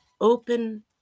open